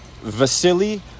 Vasily